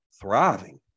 thriving